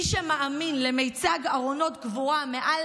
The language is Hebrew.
מי שמאמין למיצג ארונות קבורה מעל